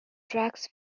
tracks